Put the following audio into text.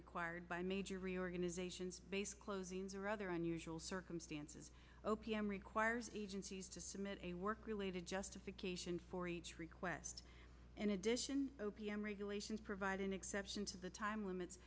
required by major reorganizations base closings or other unusual circumstances o p m requires agencies to submit a work related justification for each request in a o p m regulations provide an exception to the time limits